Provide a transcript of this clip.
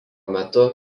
metu